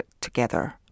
together